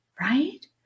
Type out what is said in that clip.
right